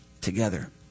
together